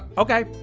okay.